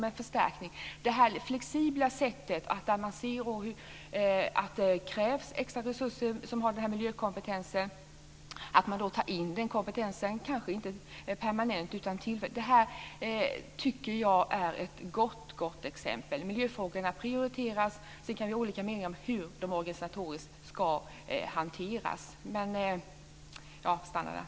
Det handlar om det här flexibla sättet, att man tar in den här miljökompetensen när man ser att den behövs och att det krävs extra resurser. Det kanske inte ska vara permanent utan tillfälligt. Det här tycker jag är ett gott exempel. Miljöfrågorna prioriteras. Sedan kan vi ha olika meningar om hur de organisatoriskt ska hanteras. Jag stannar där.